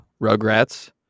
Rugrats